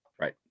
Right